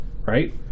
Right